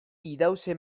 idauze